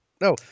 No